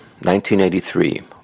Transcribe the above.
1983